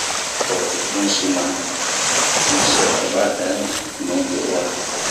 Unh bun sina mu se a ba ɛn nu do'oa.